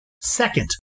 Second